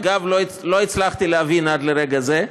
אגב, לא הצלחתי להבין עד לרגע זה.